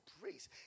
praise